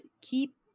keep